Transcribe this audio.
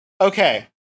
Okay